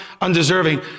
undeserving